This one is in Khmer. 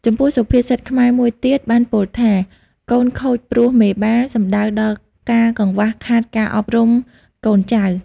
ចំពោះសុភាសិតខ្មែរមួយទៀតបានពោលថា កូនខូចព្រោះមេបា សំដៅដល់ការកង្វះខាតការអប់រំកូន ចៅ។